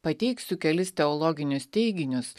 pateiksiu kelis teologinius teiginius